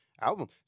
album